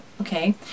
okay